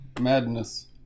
Madness